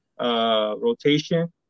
rotation